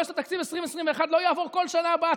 שתקציב 2021 לא יעבור כל השנה הבאה.